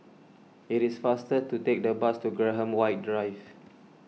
it is faster to take the bus to Graham White Drive